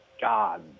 God